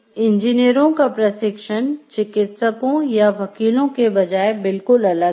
इंजीनियरों का प्रशिक्षण चिकित्सकों या वकीलों के बजाय बिलकुल अलग है